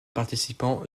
participants